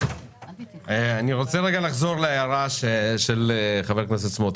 אני רוצה לחזור להערה של חבר הכנסת סמוטריץ'.